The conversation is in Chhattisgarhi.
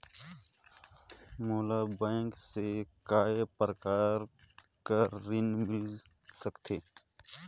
मोला बैंक से काय प्रकार कर ऋण मिल सकथे?